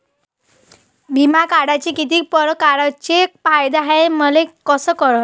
बिमा काढाचे कितीक परकारचे फायदे हाय मले कस कळन?